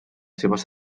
seves